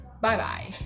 Bye-bye